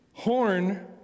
Horn